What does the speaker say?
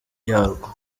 yarwo